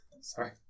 Sorry